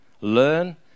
Learn